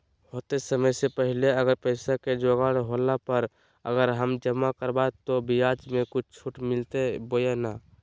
होतय समय से पहले अगर पैसा के जोगाड़ होला पर, अगर हम जमा करबय तो, ब्याज मे छुट मिलते बोया नय?